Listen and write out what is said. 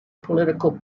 political